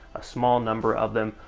a small number of them.